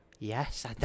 Yes